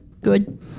Good